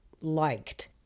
liked